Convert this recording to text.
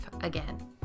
again